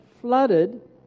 flooded